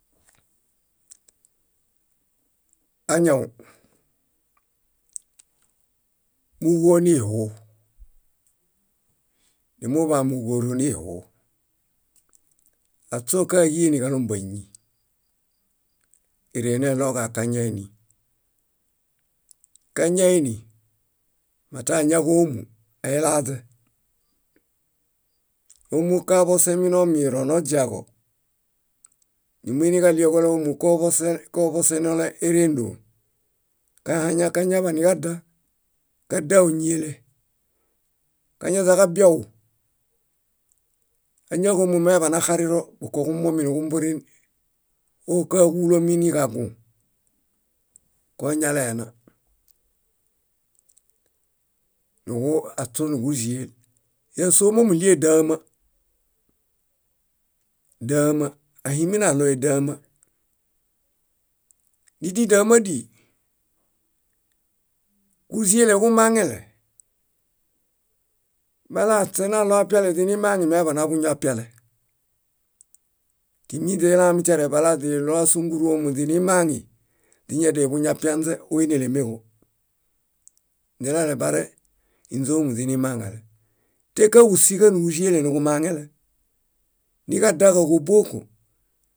. Añaw, múġo nihu, numuḃamuġoru nihu. Aśo káġie níġalombañi, éro neɭoġakañaini. Kañaini mata añaġo ómu, ailaźe. Ómu kaḃosemi nomiro, noźiaġo, numuiniġaɭie kole ómu koḃosel koḃosenole éreendon, kaaña- kañaḃaniġada, kada óñele. Kañaźaġabiau, añaġo ómu mañaḃanaxariro bukoġumominiġumburin óokaġulomi niġagũ, koñalena nuġu- aśoo núġuziel. Ñásoo momuɭiel dáama, dáama, ahiŋ minaɭoe dáama. Nídidaamadii, kúzieleġumaŋele, balaaśe naɭoapiale źinimaŋi mañaḃanaḃuñuapiale. Timiźilamitiare balaźiɭo ásunguruo ómu źinimaŋi źiñadianiḃuñapiaźe óinelemeġo. Źiɭalebare ínźomu źinimaŋale tékaġusiġanuġuziele nuġumaŋele. Niġadaġaġóbuoko,